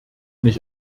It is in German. nicht